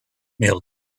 mail